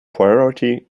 priority